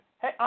Hey